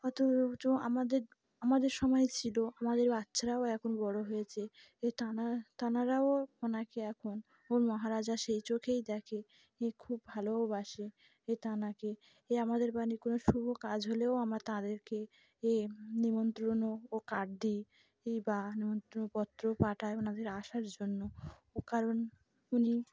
অথচ আমাদের আমাদের সময় ছিল আমাদের বাচ্চারাও এখন বড় হয়েছে এ তেনা তেনারাও ওনাকে এখন ওর মহারাজা সেই চোখেই দেখে এ খুব ভালোওবাসে এ তেনাকে এ আমাদের বাড়ি কোনো শুভ কাজ হলেও আমরা তাদেরকে এ নিমন্ত্রণও ও কার্ড দিই ই বা নিমন্ত্রণ পত্র পাঠাই ওনাদের আসার জন্য ও কারণ উনি